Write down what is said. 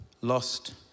lost